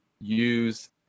use